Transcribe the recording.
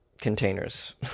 containers